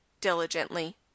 diligently